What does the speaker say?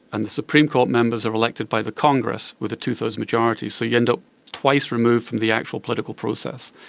and the supreme court members are elected by the congress, with a two-thirds majority, so you end up twice removed from the actual political process.